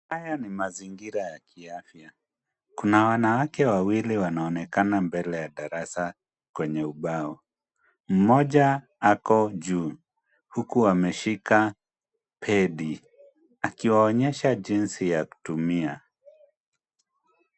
Haya ni mazingira ya kiafya. Kuna wanawake wawili wanaonekana mbele ya darasa kwenye ubao. Mmoja ako juu huku ameshika pedi akiwaonyesha jinsi ya kutumia.